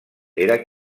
era